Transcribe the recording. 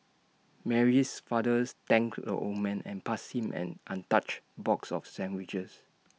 Mary's father thanked the old man and passed him an untouched box of sandwiches